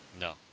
no